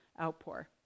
outpour